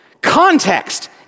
Context